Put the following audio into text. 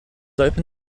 open